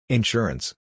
Insurance